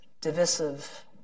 divisive